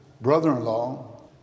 brother-in-law